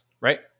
right